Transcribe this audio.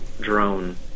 drone